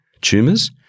tumors